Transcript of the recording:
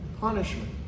punishment